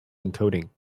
encoding